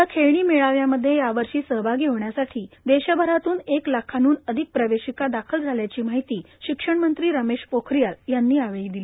या खेळणी मेळाव्यामध्ये यावर्षी सहभागी होण्यासाठी ोशभरातून एक लाखाहन अधिक प्रवेशिका ाखल झाल्याची माहिती शिक्षण मंत्री रमेश पोखरियाल यांनी यावेळी शिली